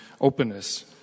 openness